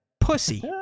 Pussy